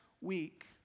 week